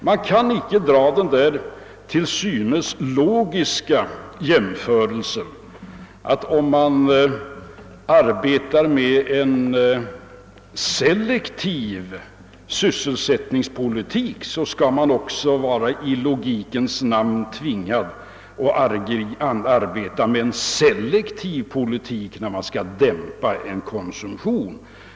Vi kan inte göra den till synes logiska jämförelsen, att man, om man arbetar med en selektiv sysselsättningspolitik, i logikens namn också skall vara tvingad att arbeta med en selektiv politik när man vill dämpa en konsumtion.